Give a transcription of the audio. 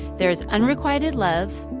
there's unrequited love,